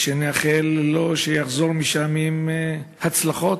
ונאחל לו שיחזור משם עם הצלחות.